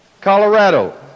Colorado